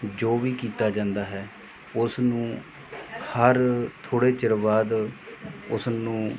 ਜੋ ਵੀ ਕੀਤਾ ਜਾਂਦਾ ਹੈ ਉਸ ਨੂੰ ਹਰ ਥੋੜ੍ਹੇ ਚਿਰ ਬਾਅਦ ਉਸ ਨੂੰ